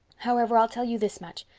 however, i'll tell you this much.